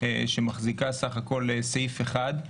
שמחזיקה בסך הכול סעיף אחד.